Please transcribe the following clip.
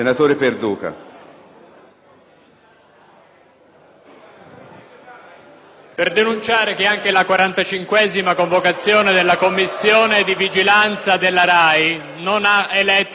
per denunciare che anche la 45a convocazione della Commissione di vigilanza RAI non ha eletto il Presidente e quindi non è stata insediata